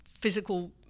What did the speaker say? physical